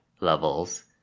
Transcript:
levels